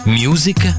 music